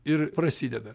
ir prasideda